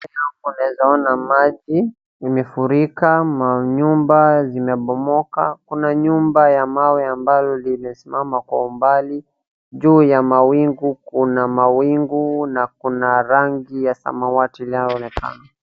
Mbele yangu unawezaona maji imefurika, manyumba zimebomoka. Kuna nyumba ambalo limesimama kwa ubali. Juu ya mawingu kuna mawingu na kuna rangi ya samawati linaloonekana.